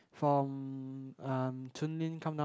from um come down